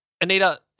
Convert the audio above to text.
Anita